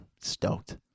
stoked